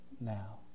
now